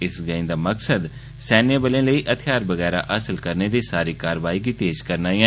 इस गैंही दा मकसद सैन्यबलें लेई हथियार बगैरा हासल करने दी सारी कारवाई गी तेज करना ऐ